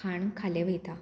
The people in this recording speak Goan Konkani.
खाण खालें वयता